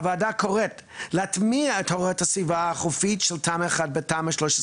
הוועדה קוראת להטמיע את הוראת הסביבה החופית של תמ"א1 בתמ"א6/13,